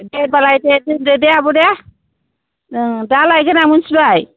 दे होनबालाय दोनदो दे आब' दे ओं दा लायइगोन आं मोनथिबाय